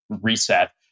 reset